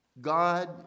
God